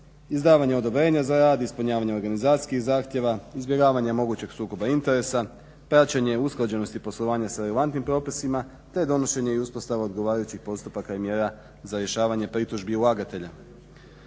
izdavanje odobrenja za rad, ispunjavanje organizacijskih zahtjeva, izbjegavanje mogućeg sukoba interesa, praćenje usklađenosti poslovanja sa relevantnim propisima, te donošenje i uspostava odgovarajućih postupaka i mjera za rješavanje pritužbi ulagatelja.